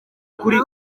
kuri